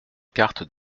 carte